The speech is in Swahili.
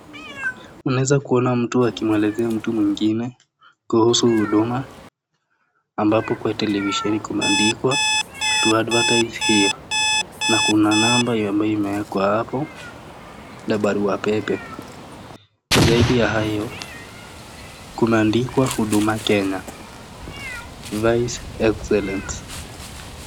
Unaweza kuona mtu akimwelezea mtu mwingine kuhusu huduma, ambapo kwa televisheni kumeandikwa to advertise here na kuna namba ambayo imewekwa hapo na barua pepe, zaidi ya hayo kumeandikwa Huduma Kenya vice excellence .